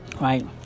right